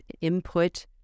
input